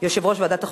יושב-ראש ועדת החוקה,